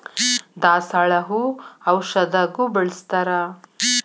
ದಾಸಾಳ ಹೂ ಔಷಧಗು ಬಳ್ಸತಾರ